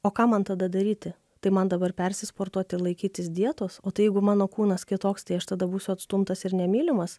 o ką man tada daryti tai man dabar persisportuot ir laikytis dietos o tai jeigu mano kūnas kitoks tai aš tada būsiu atstumtas ir nemylimas